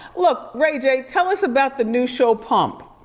look, ray j, tell us about the new show, pump.